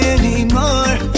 anymore